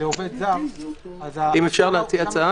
--- לעובד זר --- אפשר להציע הצעה?